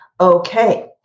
Okay